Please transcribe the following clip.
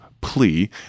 plea